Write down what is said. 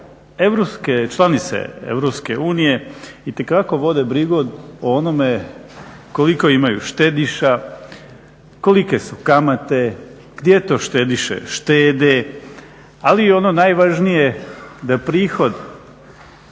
članice EU itekako vode brigu o onome koliko imaju štediša, kolike su kamate, gdje to štediše štede ali i ono najvažnije da prihod